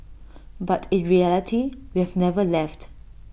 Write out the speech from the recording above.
but in reality we've never left